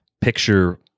picture